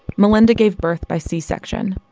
melynda gave birth by c-section.